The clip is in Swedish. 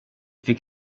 fick